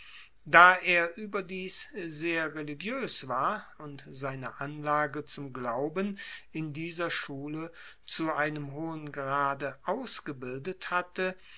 da er überdies sehr religiös war und seine anlage zum glauben in dieser schule zu einem hohen grade ausgebildet hatte